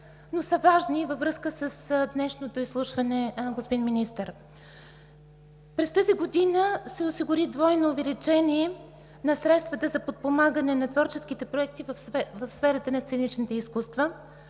но са важни във връзка с днешното изслушване, господин Министър. През тази година се осигури двойно увеличение на средствата за подпомагане на творческите проекти в сферата на сценичните изкуства;